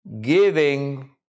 giving